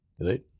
right